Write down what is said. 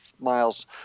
miles